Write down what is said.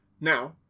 Now